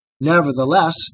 Nevertheless